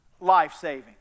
life-saving